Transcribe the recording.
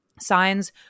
Signs